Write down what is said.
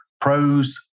Pros